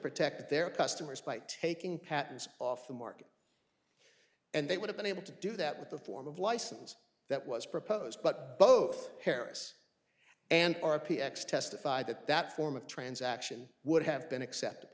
protect their customers by taking patents off the market and they would have been able to do that with the form of license that was proposed but both harris and r p x testified that that form of transaction would have been accepted